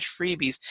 freebies